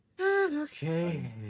Okay